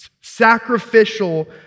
sacrificial